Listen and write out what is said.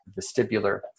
vestibular